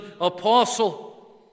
apostle